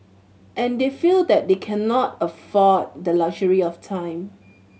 and they feel that they cannot afford the luxury of time